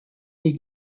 des